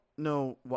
No